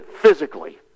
physically